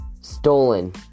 stolen